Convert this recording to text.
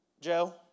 Joe